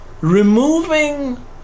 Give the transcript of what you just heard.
removing